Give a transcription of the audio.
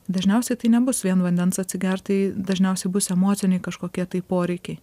dažniausiai tai nebus vien vandens atsigert tai dažniausiai bus emociniai kažkokie tai poreikiai